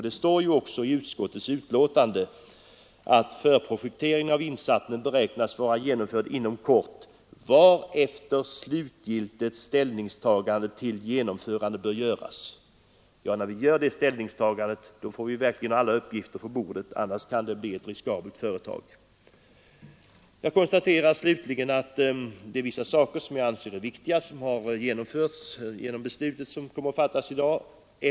Det står också i betänkandet: ”Förprojekteringen av insatsen beräknas vara genomförd inom kort, varefter slutgiltigt ställningstagande till genomförandet bör göras.” När vi gör det ställnings tagandet får vi verkligen ha alla uppgifter på bordet, annars kan det bli ett riskabelt företag. Vissa saker som jag anser vara viktiga blir genomförda med det beslut som i dag kommer att fattas.